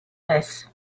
this